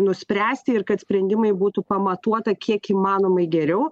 nuspręsti ir kad sprendimai būtų pamatuota kiek įmanomai geriau